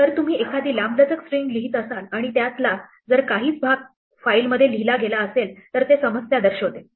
जर तुम्ही एखादी लांबलचक स्ट्रिंग लिहीत असाल आणि आणि त्यातला जर काही भागच फाईल मध्ये लिहिला गेला तर ते समस्या दर्शवेल